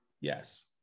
Yes